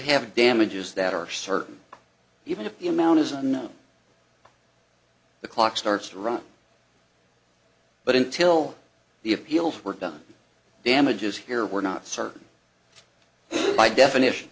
have a damages that are certain even if the amount is unknown the clock starts to run but until the appeals were done damages here we're not certain by definition